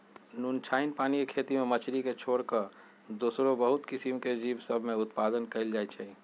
नुनछ्राइन पानी के खेती में मछरी के छोर कऽ दोसरो बहुते किसिम के जीव सभ में उत्पादन कएल जाइ छइ